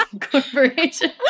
Corporation